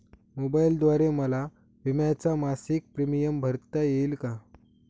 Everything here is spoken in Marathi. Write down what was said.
मोबाईलद्वारे मला विम्याचा मासिक प्रीमियम भरता येईल का?